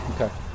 okay